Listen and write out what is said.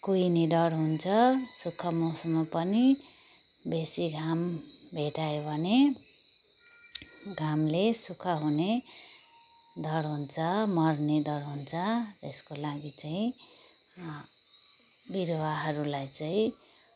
कुहिने डर हुन्छ सुक्खा मौसममा पनि बेसी घाम भेटायो भने घामले सुक्खा हुने डर हुन्छ मर्ने डर हुन्छ त्यसको लागि चाहिँ बिरुवाहरूलाई चाहिँ